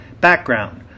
Background